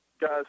guys